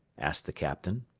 asked the captain.